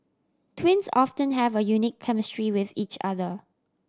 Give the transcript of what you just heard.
twins often have a unique chemistry with each other